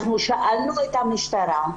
אנחנו שאלנו את המשטרה.